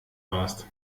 warst